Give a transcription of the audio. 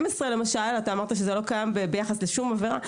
אתה אמרת שזה לא קיים ביחס לשום עבירה.